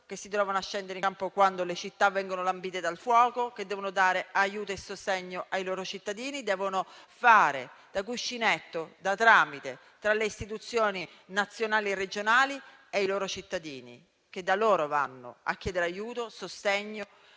che si trovano a scendere in campo quando le città vengono sommerse dal fango o vengono lambite dal fuoco, che devono dare aiuto e sostegno ai loro cittadini, devono fare da cuscinetto e da tramite tra le istituzioni nazionali e regionali e i loro cittadini, che vanno da loro a chiedere aiuto, sostegno